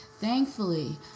Thankfully